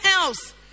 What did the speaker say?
else